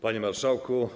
Panie Marszałku!